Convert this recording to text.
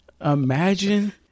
Imagine